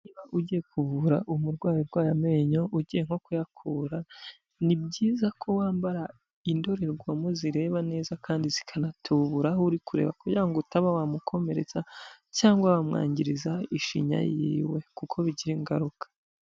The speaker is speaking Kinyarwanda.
Niba ugiye kuvura umurwayi urwaye amenyo ugiye nko kuyakura ni byiza ko wambara indorerwamo zireba neza kandi zikanatubura uri kureba kugira ngo utaba wamukomeretsa cyangwa wamwangiriza ishinya yiwe kuko bigira ingaruka.